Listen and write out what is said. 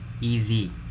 easy